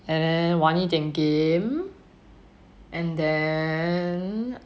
and then 玩一点 game and then